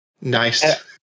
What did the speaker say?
nice